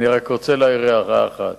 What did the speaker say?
אני רוצה רק להעיר הערה אחת.